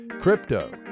Crypto